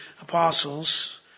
apostles